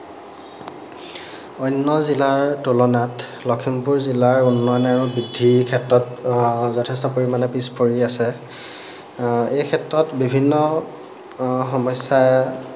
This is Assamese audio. অন্য জিলাৰ তুলনাত লখিমপুৰ জিলাৰ উন্নয়ন আৰু বৃদ্ধিৰ ক্ষেত্ৰত যথেষ্ট পৰিমাণে পিছ পৰি আছে এই ক্ষেত্ৰত বিভিন্ন সমস্যা